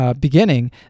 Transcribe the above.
beginning